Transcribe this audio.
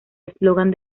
eslogan